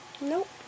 nope